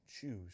Choose